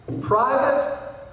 Private